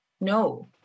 no